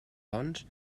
doncs